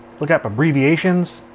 look up abbreviations.